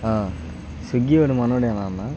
Swiggy వాడు మనోడేనా అన్నా